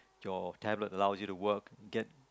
your tablet allows you to work get